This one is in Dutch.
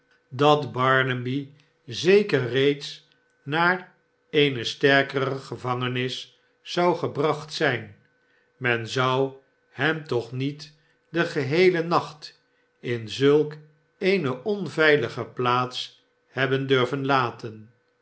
dat barnaby zeker reeds naar eene sterkere gevangenis zou gebracht zijn men zou hem toch niet den geheelen nacht in zulk eene onveilige plaats hebben durven laten